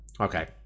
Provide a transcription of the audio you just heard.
okay